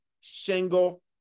single